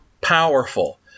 powerful